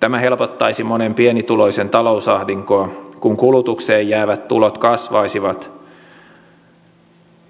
tämä helpottaisi monen pienituloisen talousahdinkoa kun kulutukseen jäävät tulot kasvaisivat